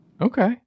Okay